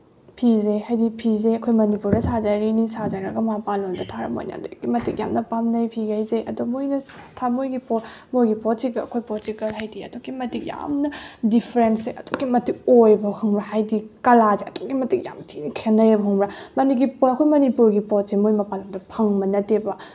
ꯐꯤꯁꯦ ꯍꯥꯏꯗꯤ ꯐꯤꯁꯦ ꯑꯩꯈꯣꯏ ꯃꯅꯤꯄꯨꯔꯗ ꯁꯥꯖꯔꯤꯅꯤ ꯁꯥꯖꯔꯒ ꯃꯄꯥꯜꯂꯣꯝꯗ ꯊꯥꯔꯒ ꯃꯣꯏꯅ ꯑꯗꯨꯛꯀꯤ ꯃꯇꯤꯛ ꯌꯥꯝꯅ ꯄꯥꯝꯅꯩ ꯐꯤꯈꯩꯁꯦ ꯑꯗꯣ ꯃꯣꯏꯅ ꯊꯃꯣꯏꯒꯤ ꯄꯣꯠ ꯃꯣꯏꯒꯤ ꯄꯣꯠꯁꯤꯒ ꯑꯩꯈꯣꯏꯒꯤ ꯄꯣꯠꯁꯤꯒ ꯍꯥꯏꯗꯤ ꯑꯗꯨꯛꯀꯤ ꯃꯇꯤꯛ ꯌꯥꯝꯅ ꯗꯤꯐ꯭ꯔꯦꯟꯁꯁꯦ ꯑꯗꯨꯛꯀꯤ ꯃꯇꯤꯛ ꯑꯣꯏꯑꯦꯕ ꯈꯪꯕ꯭ꯔꯥ ꯍꯥꯏꯗꯤ ꯀꯂꯥꯁꯦ ꯑꯗꯨꯛꯀꯤ ꯃꯇꯤꯛ ꯌꯥꯝ ꯊꯤꯅ ꯈꯦꯅꯩꯕ ꯈꯪꯕ꯭ꯔꯥ ꯑꯩꯈꯣꯏ ꯃꯅꯤꯄꯨꯔꯒꯤ ꯄꯣꯠꯁꯦ ꯃꯣꯏ ꯃꯄꯥꯜꯂꯣꯝꯗ ꯐꯪꯕ ꯅꯠꯇꯦꯕ